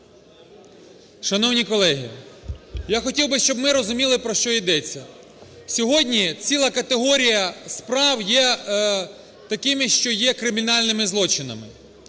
Шановні колеги, я хотів би, щоб ми розуміли, про що йдеться. Сьогодні ціла категорія справ є такими, що є кримінальними злочинами.